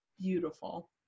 beautiful